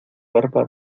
barba